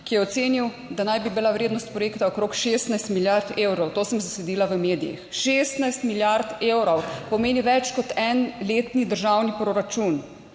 ki je ocenil, da naj bi bila vrednost projekta okrog 16 milijard evrov - to sem zasledila v medijih. 16 milijard evrov pomeni več kot en letni državni proračun.